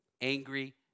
angry